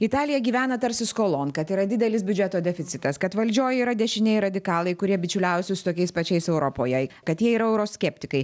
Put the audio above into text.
italija gyvena tarsi skolon kad yra didelis biudžeto deficitas kad valdžioj yra dešinieji radikalai kurie bičiuliaujasi su tokiais pačiais europoje kad jie yra euroskeptikai